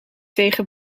tegen